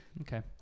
okay